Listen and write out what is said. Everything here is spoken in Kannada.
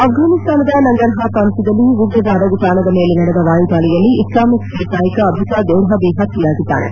ಆಫ್ರಾನಿಸ್ತಾನದ ನಂಗರ್ಹಾರ್ ಪ್ರಾಂತ್ವದಲ್ಲಿ ಉಗ್ರರ ಅಡಗುತಾಣದ ಮೇಲೆ ನಡೆದ ವಾಯುದಾಳಿಯಲ್ಲಿ ಇಸ್ಲಾಮಿಕ್ ಸ್ಟೇಟ್ ನಾಯಕ ಅಬುಸಾದ್ ಎರ್ಹಬಿ ಹತ್ಯೆಯಾಗಿದ್ದಾನೆ